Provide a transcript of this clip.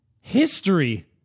history